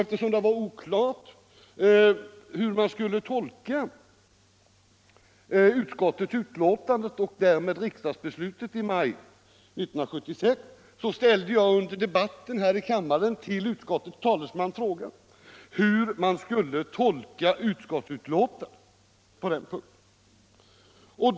Eftersom det var oklart hur man skulle tolka utskottsbetänkandet och därmed riksdagsbeslutet i maj 1976, ställde jag under debatten här i kammaren till utskottets talesman frågan hur man skulle tolka utskottsbetänkandet på den punkten.